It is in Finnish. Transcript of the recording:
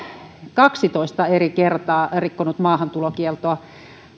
kaksitoista eri kertaa rikkonut maahantulokieltoa